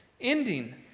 ending